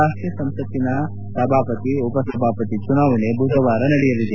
ರಾಷ್ಷೀಯ ಸಂಸತ್ತಿನ ಸಭಾಪತಿ ಉಪಸಭಾಪತಿ ಚುನಾವಣೆ ಬುಧವಾರ ನಡೆಯಲಿದೆ